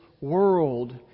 world